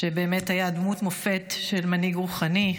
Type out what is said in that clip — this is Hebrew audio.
שבאמת היה דמות מופת של מנהיג רוחני,